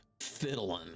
Fiddling